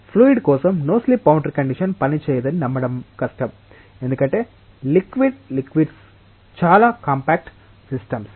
fluid కోసం no slip boundary condition పనిచేయదని నమ్మడం కష్టం ఎందుకంటే లిక్విడ్ లిక్విడ్స్ చాలా కాంపాక్ట్ సిస్టమ్స్